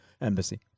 embassy